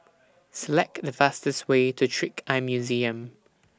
Select The fastest Way to Trick Eye Museum